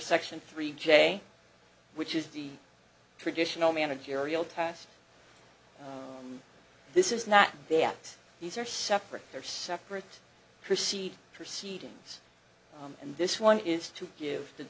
section three j which is the traditional managerial task this is not the act these are separate they're separate proceed proceedings and this one is to give